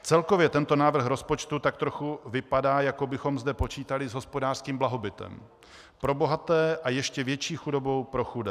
Celkově tento návrh rozpočtu tak trochu vypadá, jako bychom zde počítali s hospodářským blahobytem pro bohaté a ještě větší chudobou pro chudé.